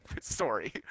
sorry